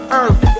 earth